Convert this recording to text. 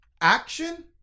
action